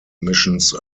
missions